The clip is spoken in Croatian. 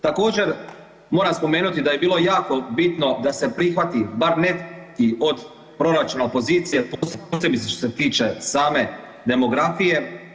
Također, moram spomenuti da je bilo jako bitno da se prihvati bar neki od proračuna opozicije, posebice što se tiče same demografije.